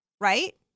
right